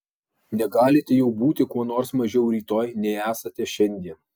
negalite juk būti kuo nors mažiau rytoj nei esate šiandien